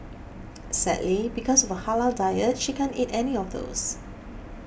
sadly because of her halal diet she can't eat any of those